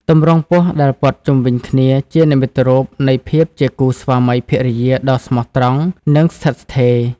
ទម្រង់ពស់ដែលព័ន្ធជុំវិញគ្នាជានិមិត្តរូបនៃភាពជាគូរស្វាមីភរិយាដ៏ស្មោះត្រង់និងស្ថិតស្ថេរ។